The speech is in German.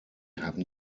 haben